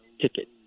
ticket